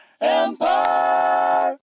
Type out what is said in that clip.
Empire